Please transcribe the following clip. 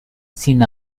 sin